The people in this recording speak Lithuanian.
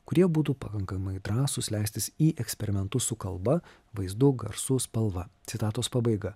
kurie būtų pakankamai drąsūs leistis į eksperimentus su kalba vaizdu garsu spalva citatos pabaiga